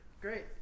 Great